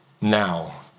now